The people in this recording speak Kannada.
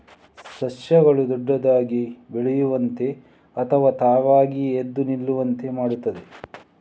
ಸಸ್ಯಗಳು ದೊಡ್ಡದಾಗಿ ಬೆಳೆಯುವಂತೆ ಅಥವಾ ತಾವಾಗಿಯೇ ಎದ್ದು ನಿಲ್ಲುವಂತೆ ಮಾಡುತ್ತವೆ